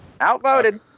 Outvoted